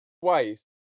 twice